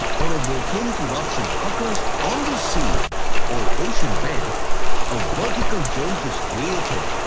or a volcanic erruption. occurs on the sea or ocean bed a vertical jolt is created.